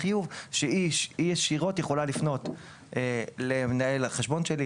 כך שהיא יכולה לפנות ישירות למנהל החשבון שלי,